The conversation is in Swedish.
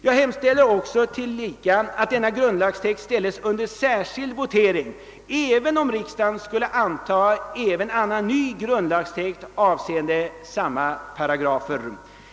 Jag hemställer också att denna grundlagstext ställes under särskild votering, även om riksdagen skulle antaga annan ny grundlagstext avseende samma paragrafer.